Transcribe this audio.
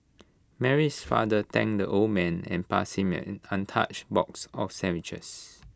Mary's father thanked the old man and passed him an untouched box of sandwiches